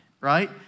right